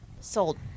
Sold